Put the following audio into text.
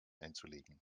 einzulegen